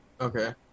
Okay